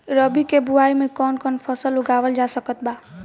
रबी के बोआई मे कौन कौन फसल उगावल जा सकत बा?